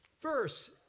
First